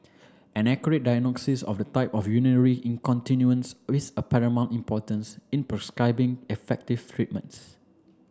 an accurate diagnosis of the type of urinary is a paramount importance in prescribing effective treatments